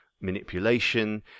manipulation